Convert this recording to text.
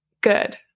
good